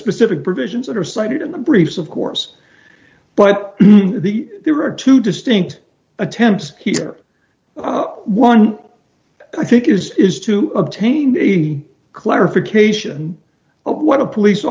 specific provisions that are cited in the briefs of course but the there are two distinct attempts here one i think is is to obtain a clarification of what a police